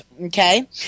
okay